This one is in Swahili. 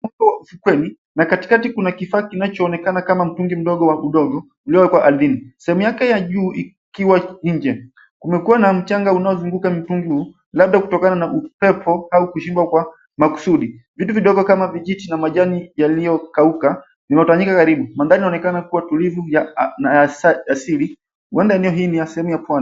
Ufukweni na katikati kuna kifaa kinachoonekana kama mtungi mdogo wa udogo uliowekwa ardhini. Sehemu yake ya juu ikiwa nje kumekua na mchanga unaozunguka mtungi huo labda kutoka na upepo au kushindwa kwa makusudi. Vitu vidogo kama vijiti na majani yaliokauka yametawanyika karibu. Mandhari yanaoneka kua tulivu na asili huenda eneo hili ni sehemu ya pwani.